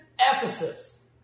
Ephesus